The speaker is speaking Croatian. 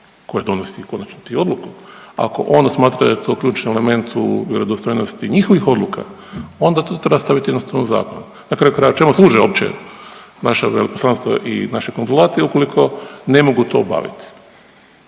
koje donosi u konačnici odluku, ako ono smatra da je to ključni element u vjerodostojnosti njihovih odluka onda tu treba staviti jednostrano zakon, na kraju krajeva čemu služe opće naša veleposlanstva i naši konzulati ukoliko ne mogu to obaviti.